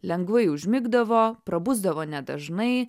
lengvai užmigdavo prabusdavo nedažnai